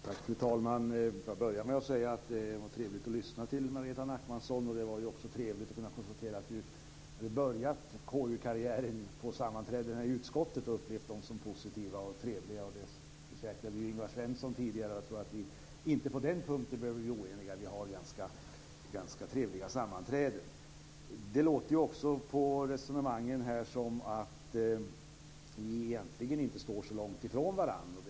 Fru talman! Får jag börja med att säga att det var trevligt att lyssna till Margareta Nachmanson. Det var också trevligt att kunna konstatera att hon hade börjat KU-karriären på sammanträdena i utskottet och upplevt dem som positiva och trevliga. Ingvar Svensson försäkrade detta tidigare. Jag tror inte att vi behöver bli oeniga på den punkten; vi har ganska trevliga sammanträden. Det låter på resonemangen här som att vi egentligen inte står så långt ifrån varandra.